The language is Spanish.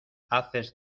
haces